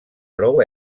prou